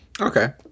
okay